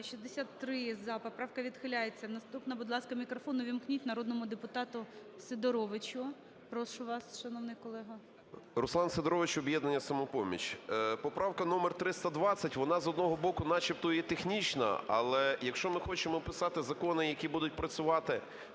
За-63 Поправка відхиляється. Наступна. Будь ласка, мікрофон увімкніть народному депутату Сидоровичу. Прошу вас, шановний колега. 10:27:34 СИДОРОВИЧ Р.М. Руслан Сидорович, "Об'єднання "Самопоміч". Поправка номер 320, вона, з одного боку, начебто є технічна, але якщо ми хочемо писати закони, які будуть працювати,